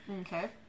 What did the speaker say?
Okay